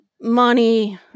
money